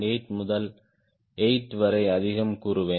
8 முதல் 8 வரை அதிகம் கூறுவேன்